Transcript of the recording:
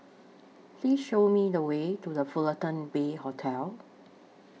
Please Show Me The Way to The Fullerton Bay Hotel